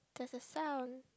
there's a sound